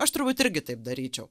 aš turbūt irgi taip daryčiau